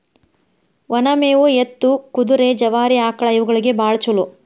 ಒನ ಮೇವು ಎತ್ತು, ಕುದುರೆ, ಜವಾರಿ ಆಕ್ಳಾ ಇವುಗಳಿಗೆ ಬಾಳ ಚುಲೋ